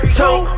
two